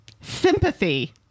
Sympathy